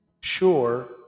Sure